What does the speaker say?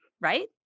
right